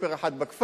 סופר אחד בכפר,